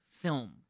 film